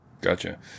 Gotcha